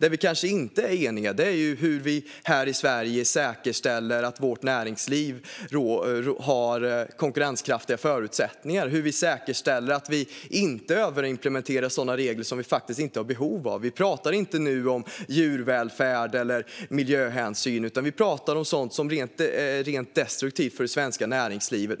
Det vi kanske inte är eniga om är hur vi här i Sverige säkerställer att vårt näringsliv har konkurrenskraftiga förutsättningar och hur vi säkerställer att vi inte överimplementerar regler som vi faktiskt inte har behov av. Nu pratar vi inte om djurvälfärd eller miljöhänsyn, utan vi pratar om sådant som är rent destruktivt för det svenska näringslivet.